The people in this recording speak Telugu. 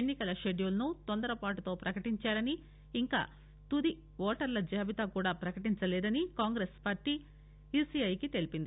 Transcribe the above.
ఎన్ని కల షెడ్యూల్ ను తొందరపాటుతో ప్రకటించారని ఇంకా తుది ఓటర్ల జాబితా కూడా ప్రకటించలేదని కాంగ్రెస్ పార్టీ ఎన్ని కల కమిషన్ ఈసీఐకి తెలిపింది